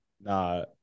nah